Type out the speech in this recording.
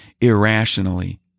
irrationally